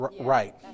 right